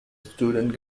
student